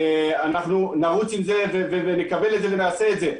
אנחנו נרוץ עם זה ונעשה את זה.